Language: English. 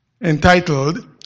entitled